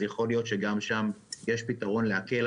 אז יכול להיות שגם שם יש פתרון להקל.